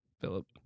Philip